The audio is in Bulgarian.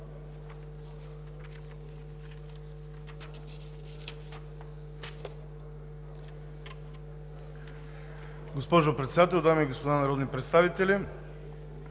Госпожо Председател, дами и господа народни представители!